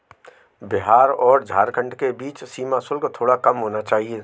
बिहार और झारखंड के बीच सीमा शुल्क थोड़ा कम होना चाहिए